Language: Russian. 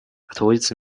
отводится